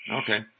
okay